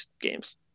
games